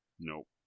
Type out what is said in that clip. Nope